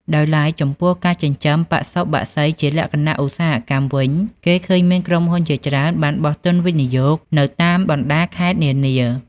ដោយឡែក ចំពោះការចិញ្ចឹមបសុបក្សីជាលក្ខណៈឧស្សាហកម្មវិញ គេឃើញមានក្រុមហ៊ុនជាច្រើនបានបោះទុនវិនិយោគនៅតាមបណ្តាខេត្តនានា។